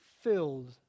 filled